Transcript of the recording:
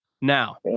Now